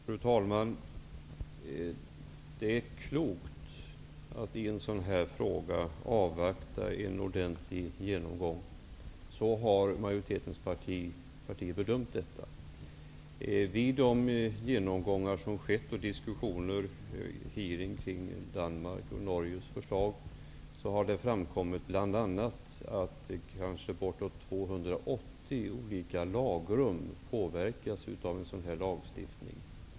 Fru talman! Det är klokt att i en sådan här fråga avvakta en ordentligt genomgång. Så har majoritetspartierna bedömt det hela. Vid de genomgångar som skett och diskussioner vid en hearing om Danmark och Norges förslag har det framkommit bl.a. att kanske bortåt 280 olika lagrum påverkas av en sådan lagstiftning.